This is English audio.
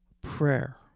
prayer